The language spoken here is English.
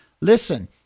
listen